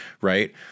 right